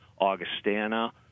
Augustana